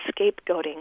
scapegoating